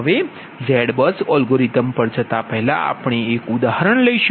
હવે ZBUS algorithm પર જતા પહેલાં આપણે એક ઉદાહરણ લઇશુ